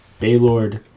Baylord